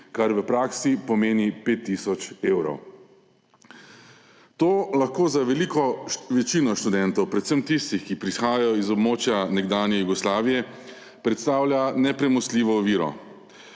kar v praksi pomeni 5 tisoč evrov. To lahko za veliko večino študentov – predvsem tistih, ki prehajajo iz območja nekdanje Jugoslavije – predstavlja nepremostljivo oviro.